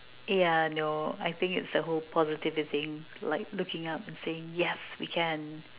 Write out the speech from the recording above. yeah no I think it is the whole positivity thing like looking out and saying yes we can